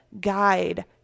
guide